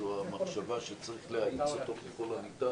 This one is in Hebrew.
זו המחשבה שצריך להאיץ אותו ככל הניתן,